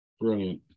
Brilliant